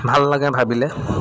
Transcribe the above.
ভাল লাগে ভাবিলে